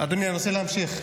אדוני, אני רוצה להמשיך.